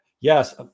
yes